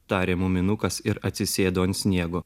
tarė muminukas ir atsisėdo ant sniego